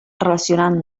relacionant